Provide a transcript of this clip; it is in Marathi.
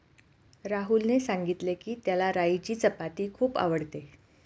राहुलने सांगितले की, त्याला राईची चपाती खूप आवडते